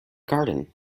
garden